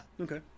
Okay